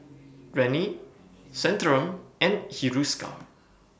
Rene Centrum and Hiruscar